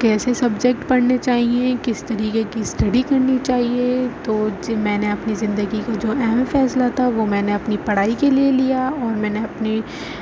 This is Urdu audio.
کیسے سبجیکٹ پڑھنے چاہیے کس طریقے کی اسٹڈی کرنی چاہیے تو میں نے اپنی زندگی کا جو اہم فیصلہ تھا وہ میں نے اپنی پڑھائی کے لیے لیا اور میں نے اپنی